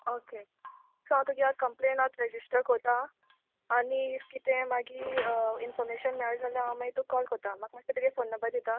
okay so हांव तुगे आतां कंप्लेन आतां रॅजिश्ट कोत्ता आनी कितें मागीर इन्फॉमेशन मेळ्ळें जाल्यार हांव मागीर तुक कॉल कोत्ता म्हाका माश्शें तुगे फोन नंबर दिता